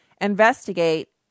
investigate